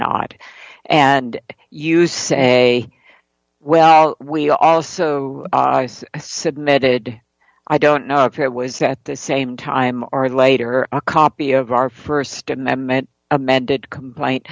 not and you say well we also submitted i don't know if it was there at the same time or later a copy of our st amendment amended complaint